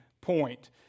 point